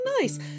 nice